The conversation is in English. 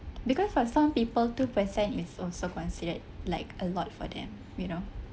because for some people two percent is also considered like a lot for them you know